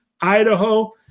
Idaho